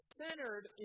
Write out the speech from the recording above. centered